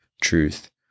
truth